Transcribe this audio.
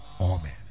Amen